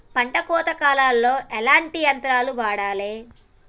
పంట కోత కాలాల్లో ఎట్లాంటి యంత్రాలు వాడాలే?